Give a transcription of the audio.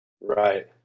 Right